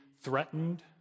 threatened